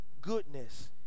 goodness